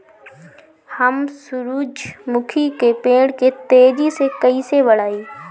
हम सुरुजमुखी के पेड़ के तेजी से कईसे बढ़ाई?